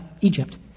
Egypt